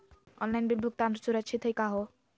Online bill भुगतान सुरक्षित हई का हो?